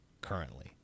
currently